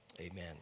amen